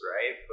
Right